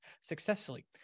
successfully